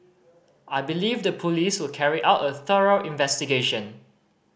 I believe the police will carry out a thorough investigation